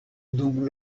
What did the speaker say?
dum